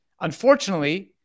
unfortunately